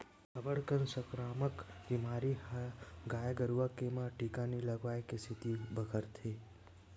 अब्बड़ कन संकरामक बेमारी ह गाय गरुवा के म टीका नइ लगवाए के सेती बगरथे